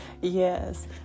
Yes